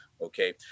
okay